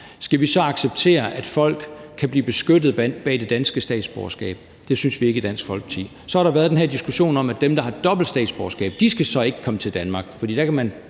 Skal vi så acceptere, at folk kan blive beskyttet af det danske statsborgerskab? Det synes vi ikke i Dansk Folkeparti. Så har der været den her diskussion om, at dem, der har dobbelt statsborgerskab ikke skal komme til Danmark,